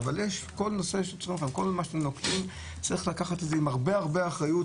אבל כל מה שנוקטים צריך לקחת את זה עם הרבה אחריות